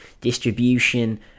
distribution